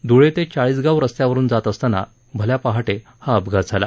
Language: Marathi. धूळे ते चाळीसगाव रस्त्यावरून जात असतांना भल्या पहाटे हा अपघात झाला